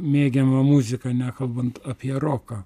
mėgiama muzika nekalbant apie roką